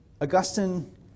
Augustine